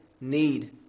need